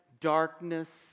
darkness